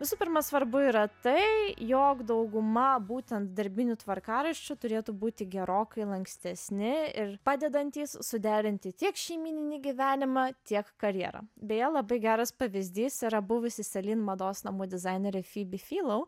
visų pirma svarbu yra tai jog dauguma būtent darbinių tvarkaraščių turėtų būti gerokai lankstesni ir padedantys suderinti tiek šeimyninį gyvenimą tiek karjerą beje labai geras pavyzdys yra buvusi celine mados namų dizainerė phoebe philo